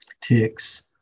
ticks